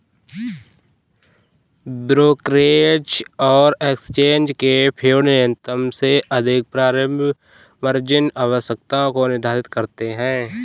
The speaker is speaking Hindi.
ब्रोकरेज और एक्सचेंज फेडन्यूनतम से अधिक प्रारंभिक मार्जिन आवश्यकताओं को निर्धारित करते हैं